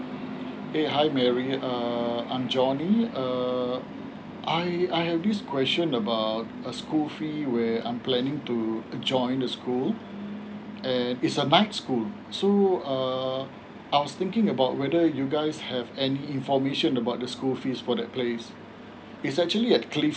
eh hi mary uh I'm johnny um I I have this question about a school free where I'm planning to join the school eh it's a night school so uh I was thinking about whether you guys have any information about the school fees for that place is actually a clifford